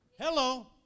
Hello